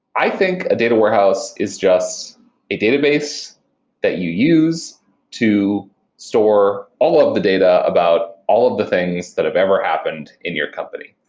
i think a data warehouse is just a database that you use to store all of the data about all of the things that have ever happened in your company.